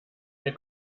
der